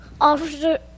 officer